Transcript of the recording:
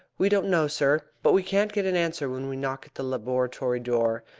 we don't know, sir but we can't get an answer when we knock at the laboratory door.